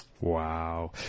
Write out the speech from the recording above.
Wow